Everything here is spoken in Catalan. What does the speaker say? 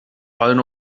poden